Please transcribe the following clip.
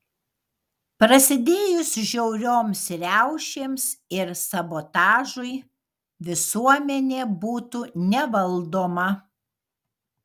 prasidėjus žiaurioms riaušėms ir sabotažui visuomenė būtų nevaldoma